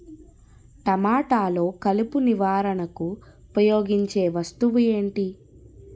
టమాటాలో కలుపు నివారణకు ఉపయోగించే వస్తువు ఏంటి?